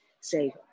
say